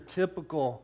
typical